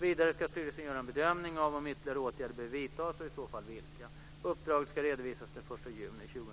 Vidare ska styrelsen göra en bedömning av om ytterligare åtgärder behöver vidtas, och i så fall vilka. Uppdraget ska redovisas den 1 juni